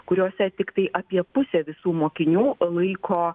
kuriose tiktai apie pusė visų mokinių laiko